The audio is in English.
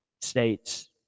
State's